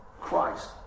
Christ